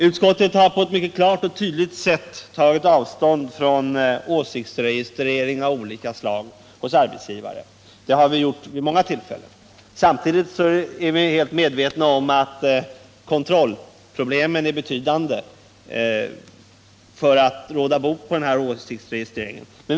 Utskottet har på ett mycket klart och tydligt sätt tagit avstånd från åsiktsregistrering av olika slag hos arbetsgivare. Det har vi gjort vid många tillfällen. Samtidigt är vi helt medvetna om att kontrollproblemen när det gäller att råda bot på åsiktsregistreringen är betydande.